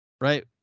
Right